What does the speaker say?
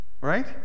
Right